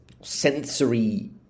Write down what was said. sensory